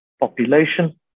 population